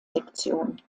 sektion